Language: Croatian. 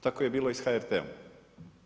Tako je bilo i sa HRT-om.